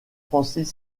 francis